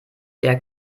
der